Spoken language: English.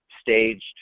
staged